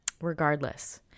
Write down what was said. Regardless